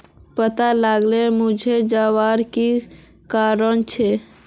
पत्ता लार मुरझे जवार की कारण छे?